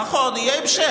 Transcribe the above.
נכון, יהיה המשך.